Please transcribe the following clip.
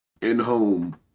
in-home